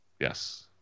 Yes